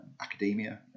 academia